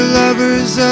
lovers